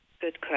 Good